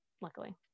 luckily